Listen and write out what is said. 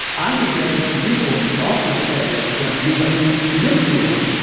i think the ethics review board should also say when anybody submits to them,